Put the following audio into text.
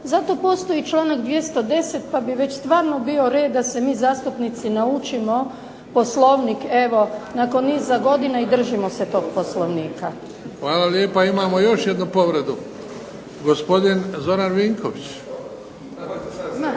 Zato postoji članak 210. pa bi već stvarno bio red da mi zastupnici naučimo Poslovnik nakon niza godina i držimo se tog Poslovnika. **Bebić, Luka (HDZ)** Hvala lijepa. Imamo još jednu povredu, gospodin Zoran Vinković.